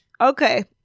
Okay